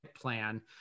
plan